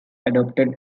adopted